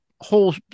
whole